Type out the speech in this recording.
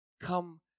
Come